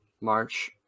March